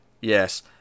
Yes